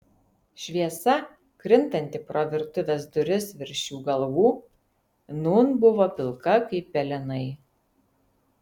šviesa krintanti pro virtuvės duris virš jų galvų nūn buvo pilka kaip pelenai